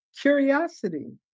curiosity